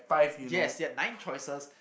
yes they had nine choices